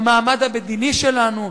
במעמד המדיני שלנו.